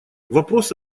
вопрос